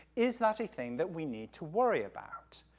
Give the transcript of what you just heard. is that a thing that we need to worry about?